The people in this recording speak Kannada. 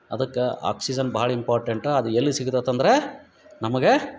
ಅದಕ್ಕೆ ಆಕ್ಸಿಜನ್ ಭಾಳ ಇಂಪಾರ್ಟೆಂಟ್ ಅದು ಎಲ್ಲಿ ಸಿಗ್ತೇತಂದ್ರಾ ನಮಗೆ